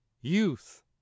Youth